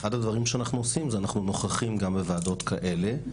אחד הדברים שאנחנו עושים זה אנחנו נוכחים גם בוועדות כאלה,